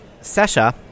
Sasha